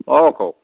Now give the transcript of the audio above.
অঁ কওক